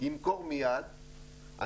ימכור מיד,